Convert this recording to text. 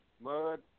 mud